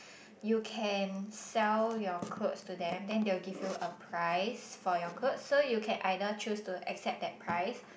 you can sell your clothes to them then they will give you a price for your clothes so you can either choose to accept that price